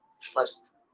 first